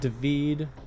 David